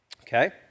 Okay